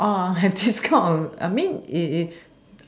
ah have this kind of I mean it it